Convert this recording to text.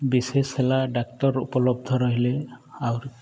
ବିଶେଷ ହେଲା ଡାକ୍ତର ଉପଲବ୍ଧ ରହିଲେ ଆହୁରି